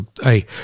hey